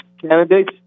candidates